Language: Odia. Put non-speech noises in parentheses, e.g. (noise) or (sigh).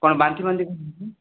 କ'ଣ ବାନ୍ତିଫାନ୍ତି (unintelligible)